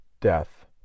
death